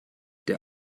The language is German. der